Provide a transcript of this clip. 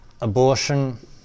abortion